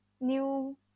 new